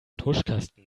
tuschkasten